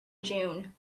june